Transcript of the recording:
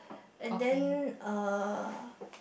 and then uh